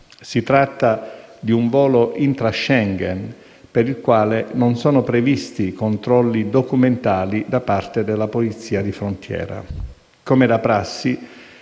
Si trattava di un volo intra-Schengen, per il quale non sono previsti controlli documentali da parte della polizia di frontiera. Come da prassi,